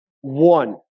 One